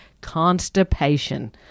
constipation